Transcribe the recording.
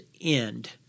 end